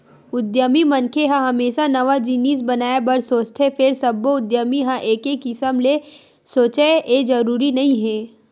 उद्यमी मनखे ह हमेसा नवा जिनिस बनाए बर सोचथे फेर सब्बो उद्यमी ह एके किसम ले सोचय ए जरूरी नइ हे